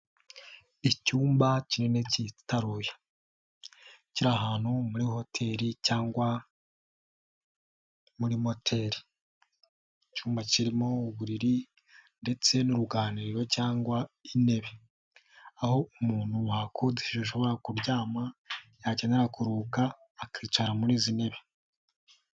Icyumba kinini cyitaruye, kiri ahantu muri hotel cyangwa muri motel. Icyuma kirimo uburiri ndetse n'uruganiriro cyangwa intebe. Aho umuntu wahakodesheje ashobora kuryama, yakenera kuruhuka akicara muri izi ntebe.